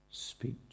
speech